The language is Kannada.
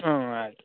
ಹ್ಞೂ ಆಯಿತು